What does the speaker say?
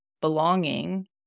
belonging